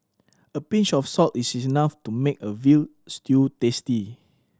a pinch of salt is enough to make a veal stew tasty